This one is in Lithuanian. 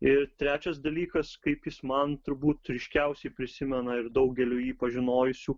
ir trečias dalykas kaip jis man turbūt ryškiausiai prisimena ir daugeliui jį pažinojusių